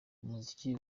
umuziki